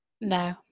no